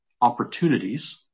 opportunities